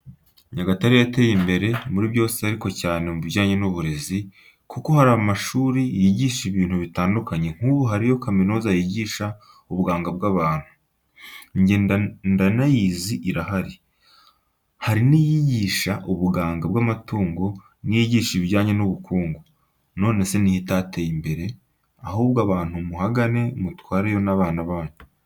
Nyagatare yateye imbere muri byose ariko cyane mu bijyanye n'uburezi, kuko hari amashuri yigisha ibintu bitandukanye nk'ubu hariyo na kaminuza yigisha ubuganga bw'abantu, njye ndanayizi irahari. Hariyo n'iyigisha ubuganga bw'amatungo n'iyigisha ibijyanye n'ubukungu. Nonese ni he itateye imbere? Ahubwo abantu muhagane mutwareyo abana banyu.